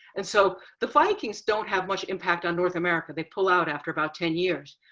and so the vikings don't have much impact on north america. they pull out after about ten years,